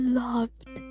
loved